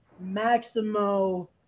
Maximo